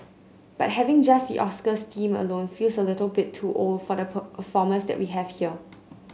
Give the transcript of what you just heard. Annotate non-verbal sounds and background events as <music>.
but having just the Oscars theme alone feels a little bit too old for the performers that we have <unintelligible>